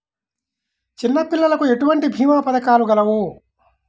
చిన్నపిల్లలకు ఎటువంటి భీమా పథకాలు కలవు?